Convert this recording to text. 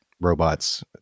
robots